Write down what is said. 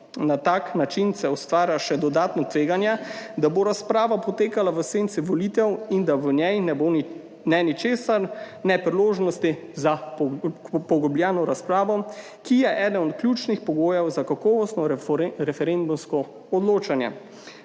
Na tak način se ustvarja še dodatno tveganje, da bo razprava potekala v senci volitev in da v njej ne bo ne ničesar, ne priložnosti za poglobljeno razpravo, ki je eden od ključnih pogojev za kakovostno referendumsko odločanje.